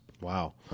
Wow